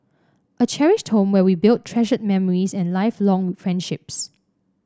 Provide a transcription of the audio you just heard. a cherished home where we build treasured memories and lifelong friendships